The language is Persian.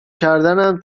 کردنم